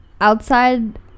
outside